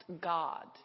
God